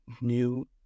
new